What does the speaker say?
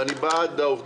ואני בעד העובדים,